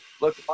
Look